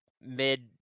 mid